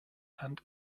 and